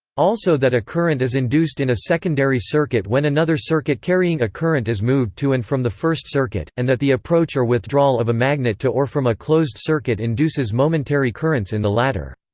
also that a current is induced in a secondary circuit when another circuit carrying a current is moved to and from the first circuit, and that the approach or withdrawal of a magnet to or from a closed circuit induces momentary currents in the latter.